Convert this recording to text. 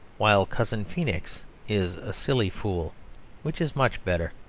while cousin feenix is a silly fool which is much better.